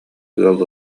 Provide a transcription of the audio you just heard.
ыал